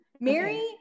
mary